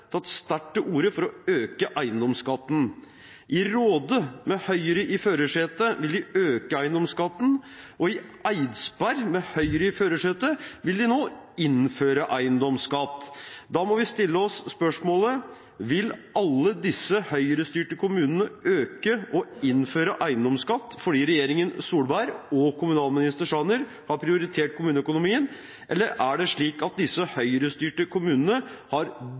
tatt sterkt til orde for å øke eiendomsskatten, i Råde med Høyre i førersetet vil de øke eiendomsskatten, og i Eidsberg med Høyre i førersetet vil de nå innføre eiendomsskatt. Da må vi stille oss spørsmålet: Vil alle disse Høyre-styrte kommunene øke og innføre eiendomsskatt fordi regjeringen Solberg og kommunalminister Sanner har prioritert kommuneøkonomien, eller er det slik at disse Høyre-styrte kommunene har